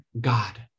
God